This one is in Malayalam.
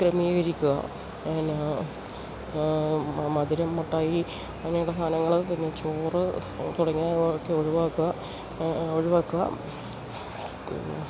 ക്രമീകരിക്കുക പിന്നെ മധുരം മിഠായി അങ്ങനെയുള്ള സാധനങ്ങൾ പിന്നെ ചോറ് തുടങ്ങിയവ ഒക്കെ ഒഴിവാക്കുക ഒഴിവാക്കുക പിന്നെ